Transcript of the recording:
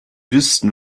wüssten